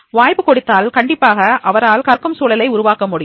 வாய்ப்புக் கொடுத்தால் கண்டிப்பாக அவரால் கற்கும் சூழலை உருவாக்க முடியும்